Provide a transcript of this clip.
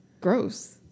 gross